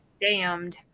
damned